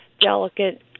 delicate